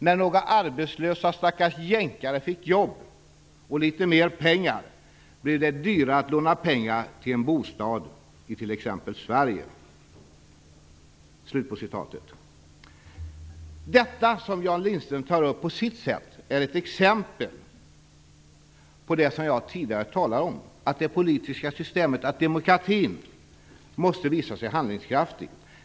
När några arbetslösa stackars jänkare fick jobb och litet mer pengar, blev det dyrare att låna pengar till en bostad i till exempel Sverige." Det som Jan Lindström tar upp på sitt sätt är ett exempel på det som jag tidigare har talat om, nämligen att det politiska systemet demokratin - måste visa sig handlingskraftigt.